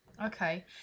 Okay